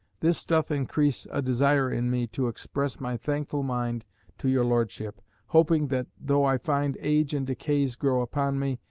this doth increase a desire in me to express my thankful mind to your lordship hoping that though i find age and decays grow upon me,